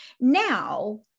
now